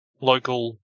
local